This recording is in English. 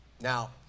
Now